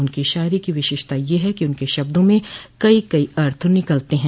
उनकी शायरी की विशेषता यह है कि उनके शब्दों में कई कई अथ निकलते हैं